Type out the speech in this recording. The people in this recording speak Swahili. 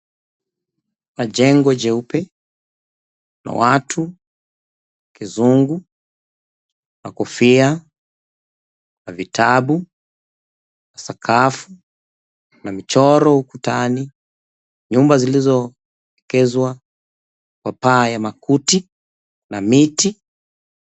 Kuna jengo jeupe watu, mizungu na kofia na vitabu, sakafu, na mchoro ukutani, nyumba zilizoekezwa mapaa ya makuti na miti.